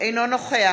אינו נוכח